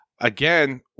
again